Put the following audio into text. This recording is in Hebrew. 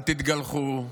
אל תתגלחו,